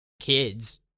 kids